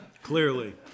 clearly